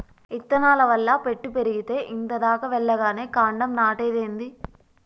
ఇత్తనాల వల్ల పెట్టు పెరిగేతే ఇంత దాకా వెల్లగానే కాండం నాటేదేంది